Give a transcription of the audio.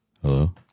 Hello